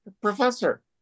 professor